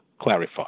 clarify